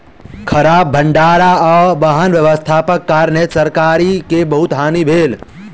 खराब भण्डार आ वाहन व्यवस्थाक कारणेँ तरकारी के बहुत हानि भेल